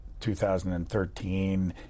2013